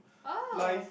oh